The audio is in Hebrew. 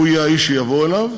הוא יהיה האיש שיבואו אליו,